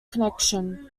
connection